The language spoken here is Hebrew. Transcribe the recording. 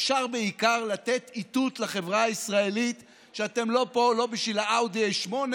אפשר בעיקר לתת איתות לחברה הישראלית שאתם פה לא בשביל האאודי 8,